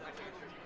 future